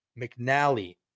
McNally